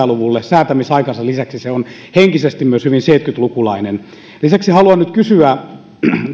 luvulle säätämisaikansa lisäksi se on henkisesti myös hyvin seitsemänkymmentä lukulainen lisäksi haluan nyt kysyä